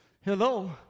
Hello